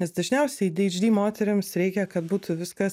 nes dažniausiai adhd moterims reikia kad būtų viskas